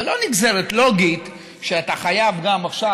אבל זו לא נגזרת לוגית שאתה חייב גם עכשיו,